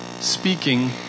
speaking